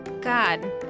God